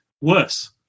Worse